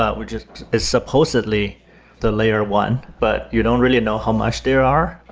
ah which is is supposedly the layer one. but you don't really know how much there are.